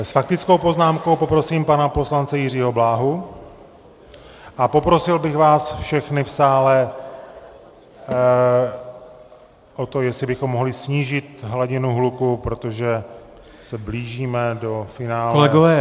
S faktickou poznámkou poprosím pana poslance Jiřího Bláhu a poprosil bych vás všechny v sále o to, jestli bychom mohli snížit hladinu hluku, protože se blížíme do finále obecné rozpravy.